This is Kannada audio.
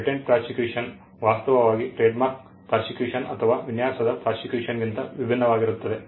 ಪೇಟೆಂಟ್ ಪ್ರಾಸಿಕ್ಯೂಷನ್ ವಾಸ್ತವವಾಗಿ ಟ್ರೇಡ್ಮಾರ್ಕ್ ಪ್ರಾಸಿಕ್ಯೂಷನ್ ಅಥವಾ ವಿನ್ಯಾಸದ ಪ್ರಾಸಿಕ್ಯೂಷನ್ಗಿಂತ ಭಿನ್ನವಾಗಿರುತ್ತದೆ